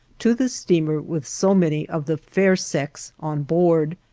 to the steamer with so many of the fair sex on board.